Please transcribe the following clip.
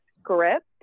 script